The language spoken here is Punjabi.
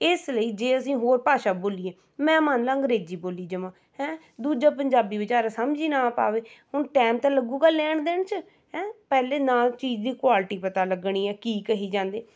ਇਸ ਲਈ ਜੇ ਅਸੀਂ ਹੋਰ ਭਾਸ਼ਾ ਬੋਲੀਏ ਮੈਂ ਮੰਨ ਲਾਂ ਅੰਗਰੇਜ਼ੀ ਬੋਲੀ ਜਾਵਾਂ ਹੈਂ ਦੂਜਾ ਪੰਜਾਬੀ ਵਿਚਾਰਾ ਸਮਝ ਹੀ ਨਾ ਪਾਵੇ ਹੁਣ ਟਾਈਮ ਤਾਂ ਲੱਗੇਗਾ ਲੈਣ ਦੇਣ 'ਚ ਹੈਂ ਪਹਿਲੇ ਨਾ ਚੀਜ਼ ਦੀ ਕੁਆਲਿਟੀ ਪਤਾ ਲੱਗਣੀ ਹੈ ਕੀ ਕਹੀ ਜਾਂਦੇ